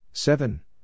Seven